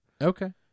Okay